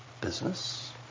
business